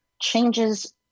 changes